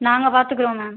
நாங்கள் பாத்துக்கிறோம் மேம்